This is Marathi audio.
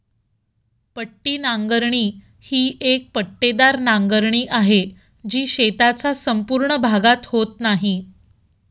पट्टी नांगरणी ही एक पट्टेदार नांगरणी आहे, जी शेताचा संपूर्ण भागात होत नाही